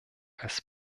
als